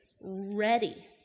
ready